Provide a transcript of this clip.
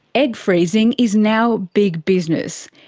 egg freezing is now big business.